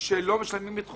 שלא משלמים את חובם,